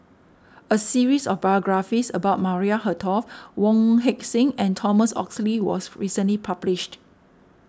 a series of biographies about Maria Hertogh Wong Heck Sing and Thomas Oxley was recently published